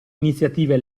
iniziative